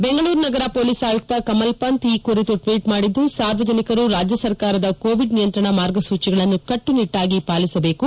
ಬೆಂಗಳೂರು ನಗರ ಪೊಲೀಸ್ ಆಯುಕ್ತ ಕಮಲ್ ಪಂತ್ ಈ ಕುರಿತು ಟ್ವೀಟ್ ಮಾಡಿದ್ದು ಸಾರ್ವಜನಿಕರು ರಾಜ್ಣ ಸರ್ಕಾರದ ಕೋವಿಡ್ ನಿಯಂತ್ರಣ ಮಾರ್ಗಸೂಚಿಗಳನ್ನು ಕಟ್ಟುನಿಟ್ಟಾಗಿ ಪಾಲಿಸಬೇಕು